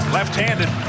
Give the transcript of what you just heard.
Left-handed